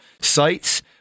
sites –